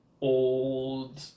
old